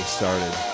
started